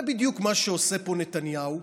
זה בדיוק מה שעושה פה נתניהו.